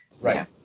Right